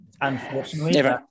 unfortunately